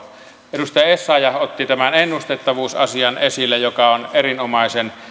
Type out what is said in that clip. edustaja essayah otti esille tämän ennustettavuusasian joka on erinomaisen